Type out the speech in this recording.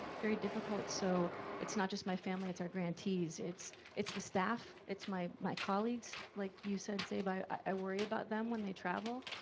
very difficult. so it's not just my family, it's our grantees, it's it's the staff, it's my my colleagues. like you said, zeyba, i worry about them when they travel.